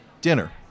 dinner